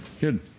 Good